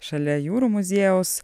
šalia jūrų muziejaus